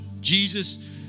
Jesus